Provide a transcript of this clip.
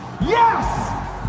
yes